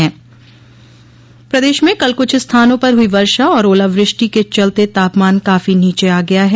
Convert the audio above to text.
प्रदेश में कल कुछ स्थानों पर हुई वर्षा और ओलावृष्टि के चलते तापमान काफी नीचे आ गया है